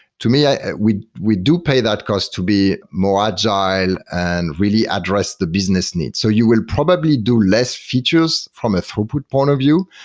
to me, we we do pay that cost to be more agile and really address the business needs. so you will probably do less features from a throughput point of view,